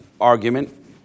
argument